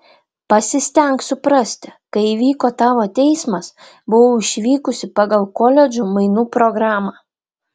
pasistenk suprasti kai įvyko tavo teismas buvau išvykusi pagal koledžų mainų programą